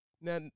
now